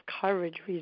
courage